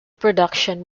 production